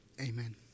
amen